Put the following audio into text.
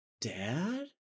Dad